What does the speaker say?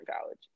college